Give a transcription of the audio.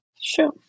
Sure